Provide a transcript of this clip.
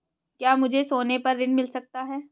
क्या मुझे सोने पर ऋण मिल सकता है?